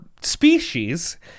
species